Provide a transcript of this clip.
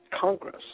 Congress